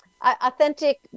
authentic